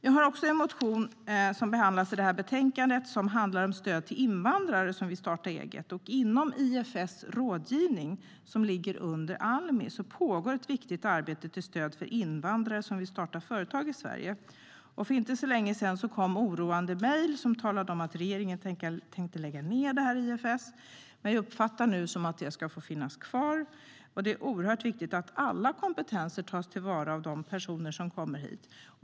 Jag har en motion som behandlas i betänkandet och som handlar om stöd till invandrare som vill starta eget. Inom IFS Rådgivning, som ligger under Almi, pågår ett viktigt arbete till stöd för invandrare som vill starta företag i Sverige. För inte så länge sedan kom oroande mejl som talade om att regeringen tänkte lägga ned IFS Rådgivning, men nu uppfattar jag det som att det ska få finnas kvar. Det är oerhört viktigt att alla kompetenser tas till vara hos de personer som kommer hit.